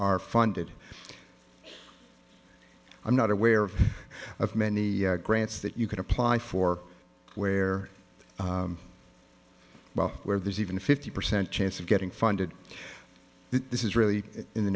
are funded i'm not aware of many grants that you can apply for where well where there's even a fifty percent chance of getting funded this is really in the